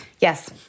Yes